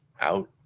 out